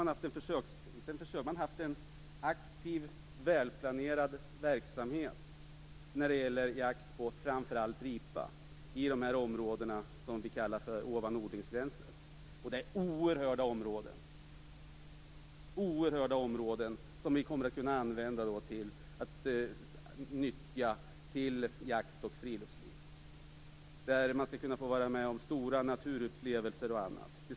Man har haft en aktiv, välplanerad verksamhet när det gäller jakt på framför allt ripa i de här områdena som ligger ovan odlingsgränsen. Det är fråga om oerhört stora områden, som vi kommer att kunna använda och nyttja till jakt och friluftsliv. Man skall kunna vara med om naturupplevelser och annat där.